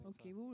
Okay